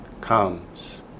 comes